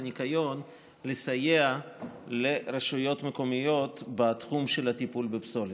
הניקיון לסייע לרשויות מקומיות בתחום של הטיפול בפסולת.